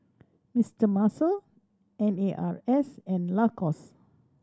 Mister Muscle N A R S and Lacoste